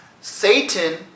Satan